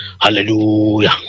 Hallelujah